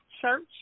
Church